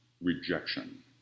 rejection